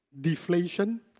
deflation